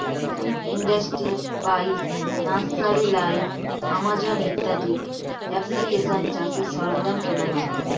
industry বাইশ, nursery live, Amazon ইত্যাদি অ্যাপ্লিকেশানে চাষের সরঞ্জাম কেনা যায়